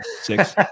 six